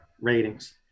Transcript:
Ratings